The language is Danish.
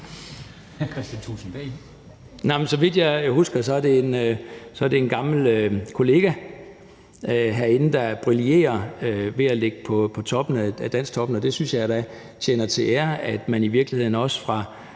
så vidt jeg husker, er det en gammel kollega herindefra, der brillerer ved at ligge på toppen af »Dansktoppen«, og det synes jeg da tjener til ære, altså at man i virkeligheden også fra